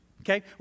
Okay